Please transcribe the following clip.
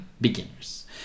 beginners